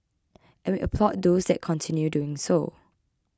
and we applaud those that continue doing so